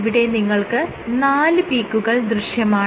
ഇവിടെ നിങ്ങൾക്ക് നാല് പീക്കുകൾ ദൃശ്യമാണ്